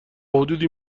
حدودی